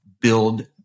build